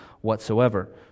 whatsoever